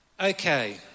Okay